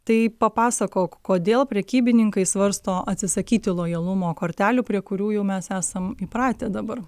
tai papasakok kodėl prekybininkai svarsto atsisakyti lojalumo kortelių prie kurių jau mes esam įpratę dabar